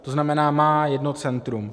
To znamená, má jedno centrum.